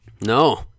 no